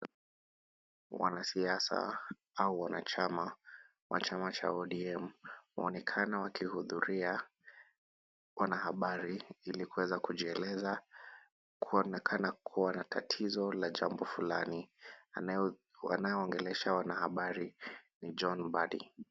Wanasiasa au wanachama wa chama cha ODM waonekana wakihudhuria wanahabari ili kuweza kujieleza kuonekana kuwa na tatizo la jambo fulani. Anayeongelesha wanahabari ni John Mbadi.